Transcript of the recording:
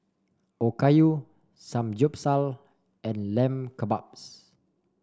Okayu Samgyeopsal and Lamb Kebabs